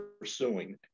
pursuing